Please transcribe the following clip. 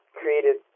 created